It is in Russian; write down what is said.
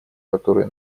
которые